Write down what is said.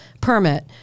permit